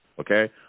okay